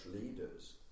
leaders